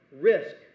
risk